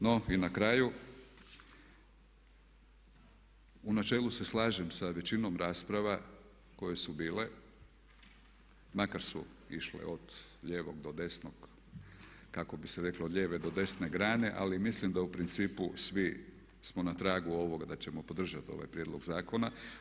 No i na kraju u načelu se slažem sa većinom rasprava koje su bile makar su išle od lijevog do desnog, kako bi se reklo od lijeve do desne grane ali mislim da u principu svi smo na tragu ovog da ćemo podržati ovaj prijedlog zakona.